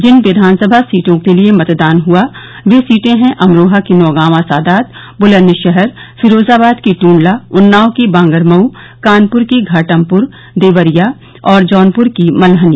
जिन विधानसभा सीटों के लिये मतदान हआ वह सीटें हैं अमरोहा की नौगावां सादात बुलंदशहर फिरोजाबाद की टूंडला उन्नाव की बांगर मऊ कानपुर की घाटमपुर देवरिया और र्जोनपुर की मलहनी